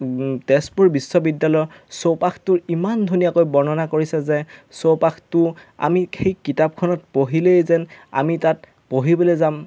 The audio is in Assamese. তেজপুৰ বিশ্ববিদ্যালয়ৰ চৌপাশটোৰ ইমান ধুনীয়াকৈ বৰ্ণনা কৰিছে যে চৌপাশটো আমি সেই কিতাপখনত পঢ়িলেই যেন আমি তাত পঢ়িবলৈ যাম